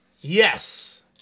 Yes